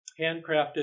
handcrafted